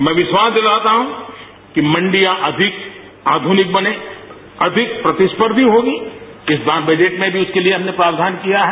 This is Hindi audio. मैं विश्वास दिलाता हूं कि मंडियां अविक आधुनिक बने अधिक प्रतिस्पर्धी होगी किसान बजट में भी उसके लिए हमने प्रावधान किया है